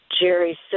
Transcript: Jerry